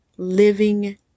living